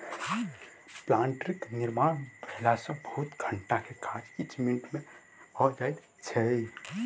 प्लांटरक निर्माण भेला सॅ बहुत घंटा के काज किछ मिनट मे भ जाइत छै